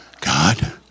God